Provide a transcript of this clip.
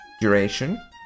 duration